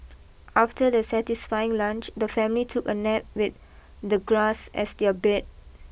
after their satisfying lunch the family took a nap with the grass as their bed